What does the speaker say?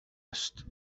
است